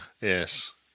Yes